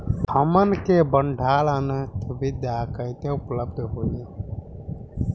हमन के भंडारण सुविधा कइसे उपलब्ध होई?